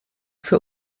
für